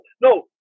No